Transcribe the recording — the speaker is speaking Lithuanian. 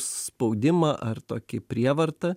spaudimą ar tokį prievartą